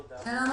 שלום,